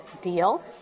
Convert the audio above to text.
deal